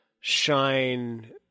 shine